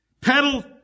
pedal